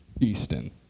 Easton